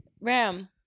Ram